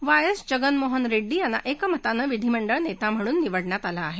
Y S Jaganmohan Reddy यांना एकमतानं विधीमंडळ नेता म्हणून निवडण्यात आलं आहे